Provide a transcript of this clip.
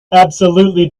absolutely